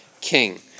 king